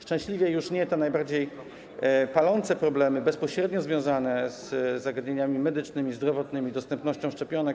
Szczęśliwie już nie te najbardziej palące problemy bezpośrednio związane z zagadnieniami medycznymi, zdrowotnymi czy dostępnością szczepionek.